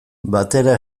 batera